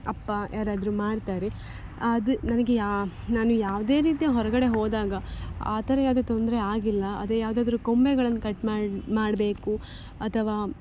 ಅಪ್ಪ ಯಾರಾದರೂ ಮಾಡ್ತಾರೆ ಅದ್ ನನಗೆ ಯಾ ನಾನು ಯಾವುದೇ ರೀತಿಯ ಹೊರಗಡೆ ಹೋದಾಗ ಆ ಥರ ಯಾವುದೇ ತೊಂದರೆ ಆಗಿಲ್ಲ ಅದೇ ಯಾವ್ದಾದ್ರೂ ಕೊಂಬೆಗಳನ್ನು ಕಟ್ ಮಾಡಿ ಮಾಡಬೇಕು ಅಥವಾ